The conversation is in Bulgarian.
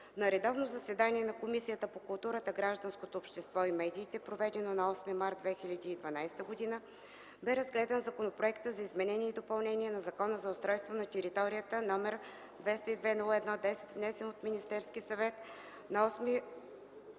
На редовно заседание на Комисията по културата, гражданското общество и медиите, проведено на 8 март 2012 г., бе разгледан Законопроект за изменение и допълнение на Закона за устройство на територията, № 202-01-10, внесен от Министерския съвет на 8 февруари 2012 г.